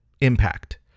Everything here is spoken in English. impact